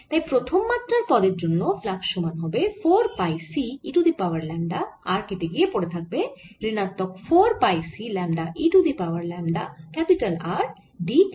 তাই প্রথম মাত্রার পদের জন্য ফ্লাক্স সমান হবে 4 পাই C e to the power lambda r কেটে গিয়ে পড়ে থাকবে ঋণাত্মক 4 পাই C lambda e to the power lambda R d R